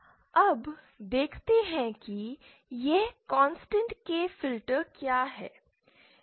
Zi1ABCDZ11Y11 Zi1BDACZ22Y22 अब देखते हैं कि यह कॉन्स्टेंट K फ़िल्टर क्या है